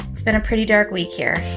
it's been a pretty dark week here,